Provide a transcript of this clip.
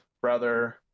brother